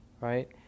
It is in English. right